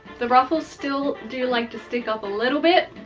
the ruffles still do like to stick up a little bit,